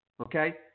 Okay